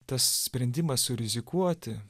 tas sprendimas surizikuoti